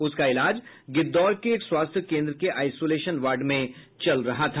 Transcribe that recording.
उसका इलाज गिद्धौर के एक स्वास्थ्य केंद्र के आइसोलेशन वार्ड में चल रहा था